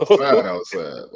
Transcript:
outside